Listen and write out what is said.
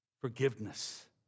forgiveness